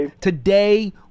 today